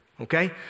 okay